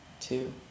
two